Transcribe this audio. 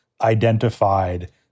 identified